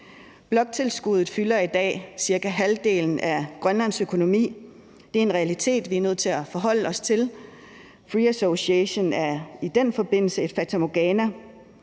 Bloktilskuddet fylder i dag cirka halvdelen af Grønlands økonomi, og det er en realitet, vi er nødt til at forholde os til. Free association er i den forbindelse et fatamorgana,